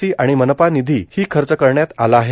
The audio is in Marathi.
सी आणि मनपा निधी ही खर्च करण्यात आला आहे